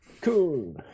Cool